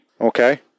okay